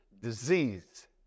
disease